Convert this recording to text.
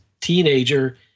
teenager